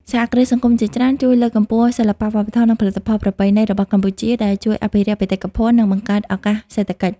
សហគ្រាសសង្គមជាច្រើនជួយលើកកម្ពស់សិល្បៈ វប្បធម៌ និងផលិតផលប្រពៃណីរបស់កម្ពុជា ដែលជួយអភិរក្សបេតិកភណ្ឌ និងបង្កើតឱកាសសេដ្ឋកិច្ច។